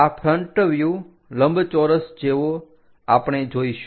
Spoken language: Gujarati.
આ ફ્રન્ટ વ્યુહ લંબચોરસ જેવો આપણે જોઇશું